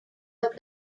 but